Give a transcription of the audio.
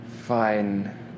Fine